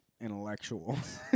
Intellectuals